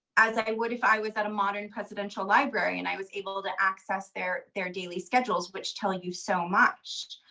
as i would if i was at a modern presidential library, and i was able to access their their daily schedules which tell you so much.